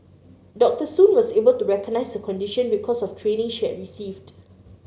Dr Soon was able to recognize her condition because of training she had received